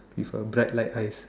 with a black light eyes